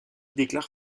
déclare